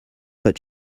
but